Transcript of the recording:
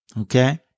Okay